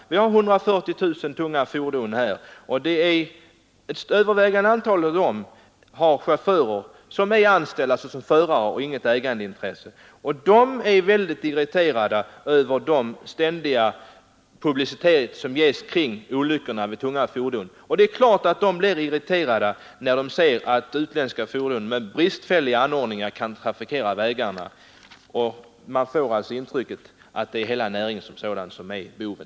användningen 140 000 tunga fordon i landet. Det övervägande antalet av dem har av missvisande läroanställda chaufförer som förare. Dessa chaufförer har inget ägarintresse, medel men de är väldigt irriterade över den ständiga publicitet som ges kring de olyckor där tunga fordon är inblandade. Och det är helt naturligt att de blir irriterade, när de ser att utländska fordon med bristfälliga anordningar kan trafikera vägarna. Publiciteten kring olyckorna skapar intrycket att det är hela denna näring som är boven.